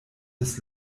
des